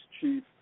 chief